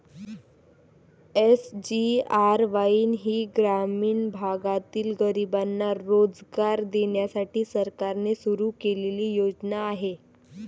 SGRY ही ग्रामीण भागातील गरिबांना रोजगार देण्यासाठी सरकारने सुरू केलेली योजना आहे